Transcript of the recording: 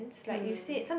mm